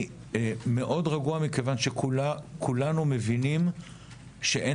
אני מאוד רגוע מכיוון שכולנו מבינים שאין